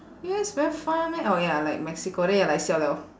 U_S very far meh oh ya like mexico then you're like siao [liao]